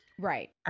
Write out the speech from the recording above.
Right